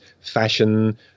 fashion